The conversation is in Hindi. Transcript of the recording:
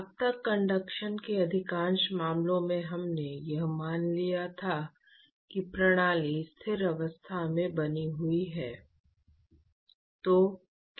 अब तक कंडक्शन के अधिकांश मामलों में हमने यह मान लिया था कि प्रणाली स्थिर अवस्था में बनी हुई है